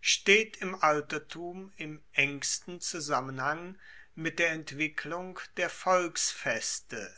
steht im altertum im engsten zusammenhang mit der entwicklung der volksfeste